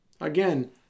Again